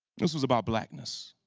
this was about blackness.